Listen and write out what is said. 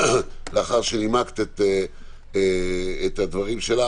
לאחר שנימקת את הדברים שלך,